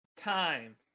time